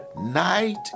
night